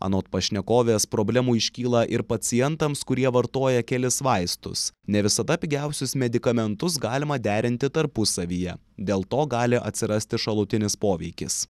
anot pašnekovės problemų iškyla ir pacientams kurie vartoja kelis vaistus ne visada pigiausius medikamentus galima derinti tarpusavyje dėl to gali atsirasti šalutinis poveikis